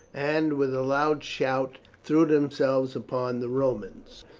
and with a loud shout threw themselves upon the romans.